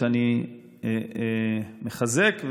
שאני מחזק,